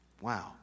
Wow